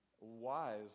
wise